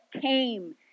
came